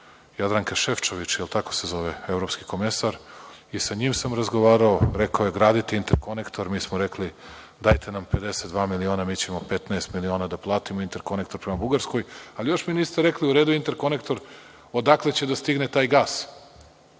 Jadranka, Ševčovičem, da li se tako zove, evropski komesar, i sa njim sam razgovarao. Rekao je gradite interkonektor. Mi smo rekli – dajte nam 52 miliona, a mi ćemo 15 miliona da platimo interkonektor prema Bugarskoj, ali mi još niste rekli, u redu interkonektor, odakle će da stigne taj gas.